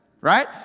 right